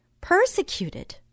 persecuted